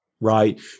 right